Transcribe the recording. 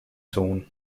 zone